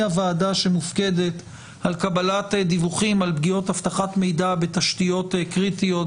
הוועדה שמופקדת על קבלת דיווחים על פגיעות אבטחת מידע בתשתיות קריטיות,